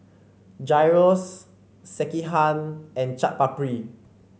Gyros Sekihan and Chaat Papri